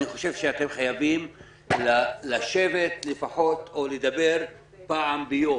אני חושב אתם חייבים לשבת ולדבר לפחות פעם ביום,